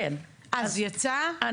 אז יצא?